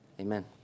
Amen